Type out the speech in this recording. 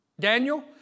Daniel